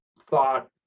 thought